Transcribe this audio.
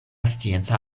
scienca